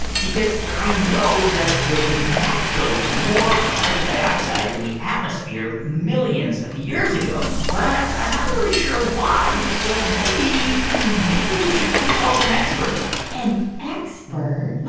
because i know that there was naturally more carbon dioxide in the atmosphere millions of years ago. yeah. but i'm not really sure why. so maybe maybe we should consult an expert an expert?